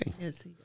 Yes